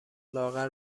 لاغر